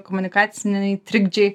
komunikaciniai trikdžiai